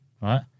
right